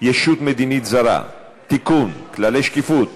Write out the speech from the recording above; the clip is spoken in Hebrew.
ישות מדינית זרה (תיקון, כללי שקיפות),